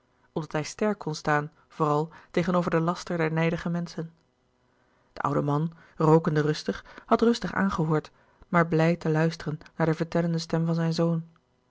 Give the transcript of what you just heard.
opdat hij sterk kon staan vooral tegenover den laster der nijdige menschen de oude man rookende rustig had rustig aangehoord maar blij te luisteren naar de vertellende stem van zijn zoon